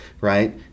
right